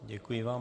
Děkuji vám.